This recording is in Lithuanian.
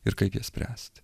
ir kaip jas spręsti